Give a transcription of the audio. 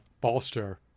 bolster